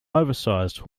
oversize